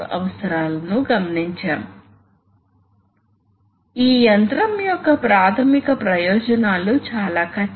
వాస్తవానికి అవి ఉపయోగించలేము PLC లాజిక్ ని ఉపయోగించి న్యూమాటిక్ సిస్టమ్స్ అమలు చేయవచ్చా